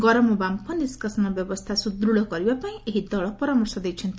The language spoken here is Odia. ଗରମ ବାମ୍ଫ ନିଷାସନ ବ୍ୟବସ୍ରା ସୁଦୂତ୍ କରିବା ପାଇଁ ଏହି ଦଳ ପରାମର୍ଶ ଦେଇଛନ୍ତି